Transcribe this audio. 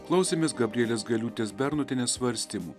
klausėmės gabrielės gailiūtės bernotienės svarstymų